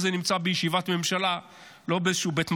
וזה נמצא בישיבת ממשלה ולא באיזשהו בית מרזח.